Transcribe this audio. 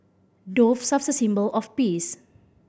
doves are a symbol of peace